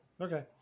Okay